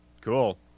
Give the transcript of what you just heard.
Cool